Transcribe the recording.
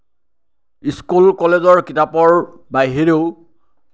school কলেজৰ কিতাপৰ বাহিৰেও